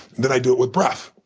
then i do it with breath.